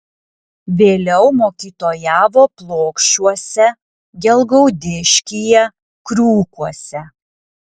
vėliau mokytojavo plokščiuose gelgaudiškyje kriūkuose